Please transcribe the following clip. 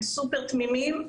הם סופר תמימים.